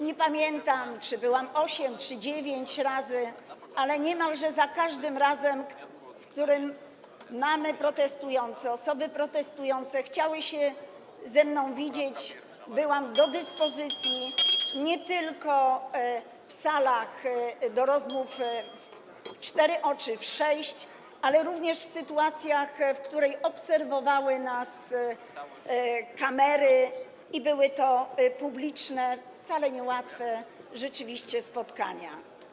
Nie pamiętam, czy byłam osiem czy dziewięć razy, ale niemalże za każdym razem, kiedy mamy protestujące, osoby protestujące chciały się ze mną widzieć, byłam [[Gwar na sali, dzwonek]] do dyspozycji, nie tylko w salach do rozmów w cztery oczy, w sześć, ale również w sytuacjach, w których obserwowały nas kamery, i były to publiczne, rzeczywiście wcale niełatwe spotkania.